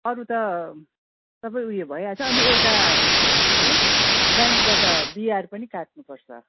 अरू त सबै ऊ यो भइहाल्छ अनि एउटा के अरे ब्याङ्कबाट बिआर पनि काट्नुपर्छ